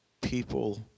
people